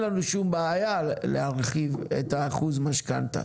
להם שום בעיה להרחיב את אחוז המשכנתא,